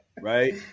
right